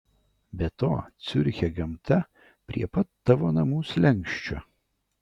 be to ciuriche gamta prie pat tavo namų slenksčio